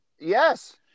Yes